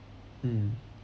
mm